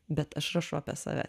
bet aš rašau apie save